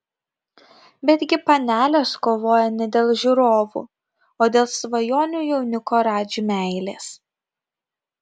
betgi panelės kovoja ne dėl žiūrovų o dėl svajonių jaunikio radži meilės